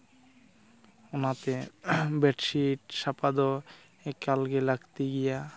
ᱚᱱᱟᱛᱮ ᱵᱮᱰᱥᱤᱴ ᱥᱟᱯᱷᱟ ᱫᱚ ᱮᱠᱟᱞᱜᱮ ᱞᱟᱹᱠᱛᱤ ᱜᱮᱭᱟ